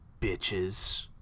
bitches